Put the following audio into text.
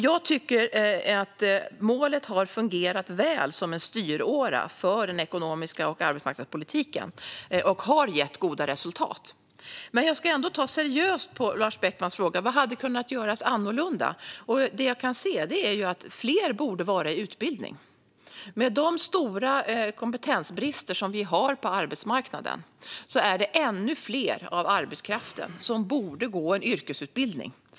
Jag tycker att målet har fungerat väl som en styråra för den ekonomiska politiken och arbetsmarknadspolitiken och har gett goda resultat. Men jag ska ändå ta seriöst på Lars Beckmans fråga: Vad hade kunnat göras annorlunda? Det jag kan se är att fler borde vara i utbildning. Med de stora kompetensbrister som finns på arbetsmarknaden är det ännu fler i arbetskraften som borde gå en yrkesutbildning.